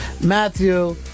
Matthew